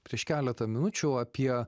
prieš keletą minučių apie